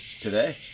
Today